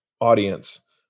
audience